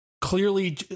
clearly